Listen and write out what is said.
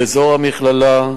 באזור המכללה,